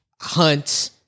hunt